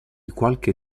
qualche